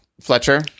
fletcher